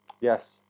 Yes